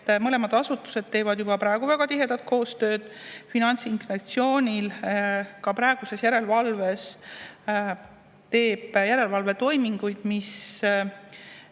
et mõlemad asutused teevad juba praegu väga tihedat koostööd. Finantsinspektsioon ka praegu teeb järelevalvetoiminguid, mis